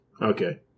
Okay